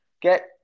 get